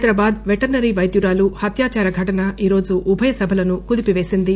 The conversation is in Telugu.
హైదరాబాద్ వెటర్న రీ వైద్యురాలు హత్యాచార ఘటన ఈరోజు ఉభయ సభలను కుదిపేసింది